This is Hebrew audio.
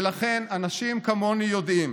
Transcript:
ולכן אנשים כמוני יודעים